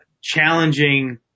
challenging